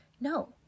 No